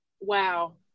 wow